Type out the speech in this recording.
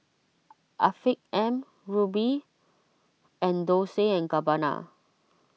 Afiq M Rubi and Dolce and Gabbana